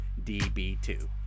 DB2